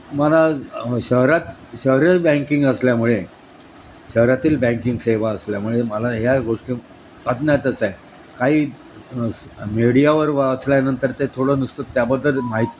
मला शहरात शहरं बँकिंग असल्यामुळे शहरातील बँकिंग सेवा असल्यामुळे मला ह्या गोष्टी अज्ञातच आहे काही मीडियावर वाचल्यानंतर ते थोडं नुसतं त्याबद्दल माहीत